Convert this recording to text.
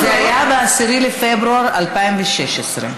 זה היה ב-10 בפברואר 2016,